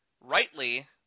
rightly